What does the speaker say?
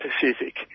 Pacific